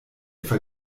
etwa